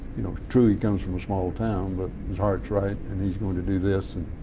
you know, true he comes from a small town, but his heart's right and he's going to do this and